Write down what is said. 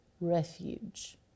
refuge